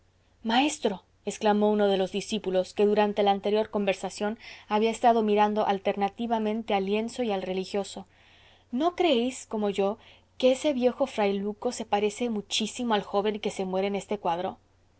maestro exclamó uno de los discípulos que durante la anterior conversación había estado mirando alternativamente al lienzo y al religioso no creéis como yo que ese viejo frailuco se parece muchísimo al joven que se muere en este cuadro